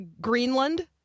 Greenland